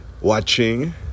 watching